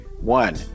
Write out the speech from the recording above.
One